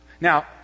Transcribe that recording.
Now